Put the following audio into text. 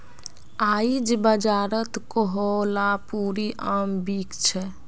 आईज बाजारत कोहलापुरी आम बिक छ